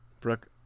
Brooke